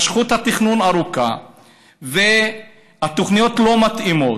יש הימשכות של התכנון והתוכניות לא מתאימות.